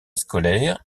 scolaire